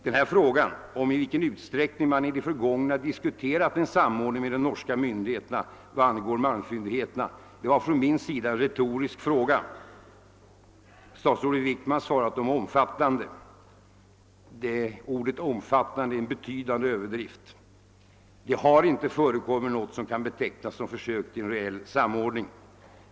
Min fråga, i vilken utsträckning man i det förgångna diskuterat en samordning med de norska myndigheterna vad angår malmfyndigheterna, var närmast retorisk. Statsrådet Wickman svarar att diskussionerna har varit »omfattande». Jag tror emellertid att det ordet innebär en betydande överdrift. Det har inte förekommit något som kan betecknas som försök till en reell samordning.